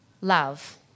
love